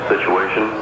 Situation